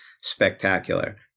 spectacular